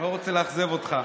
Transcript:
אני לא רוצה לאכזב אותך,